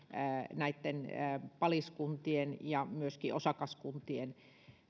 näitten paliskuntien ja myöskin osakaskuntien